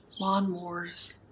lawnmowers